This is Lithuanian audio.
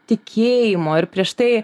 tikėjimo ir prieš tai